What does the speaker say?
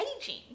aging